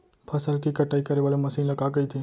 फसल की कटाई करे वाले मशीन ल का कइथे?